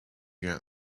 get